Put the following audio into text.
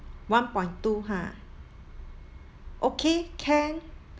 one point two ha okay can